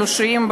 אנושיים,